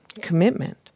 commitment